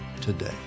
today